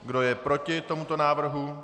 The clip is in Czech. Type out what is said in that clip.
Kdo je proti tomuto návrhu?